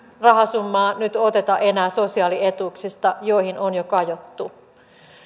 rahasummaa nyt oteta enää sosiaalietuuksista joihin on jo kajottu